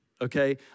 okay